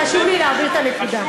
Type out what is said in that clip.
כי חשוב לי להבהיר את הנקודה.